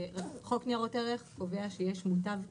חוק ניירות ערך קובע שיש מוטב מינהלי.